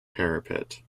parapet